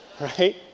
right